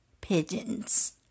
pigeons